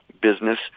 business